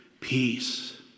peace